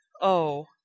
Oh